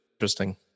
interesting